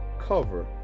cover